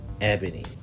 ebony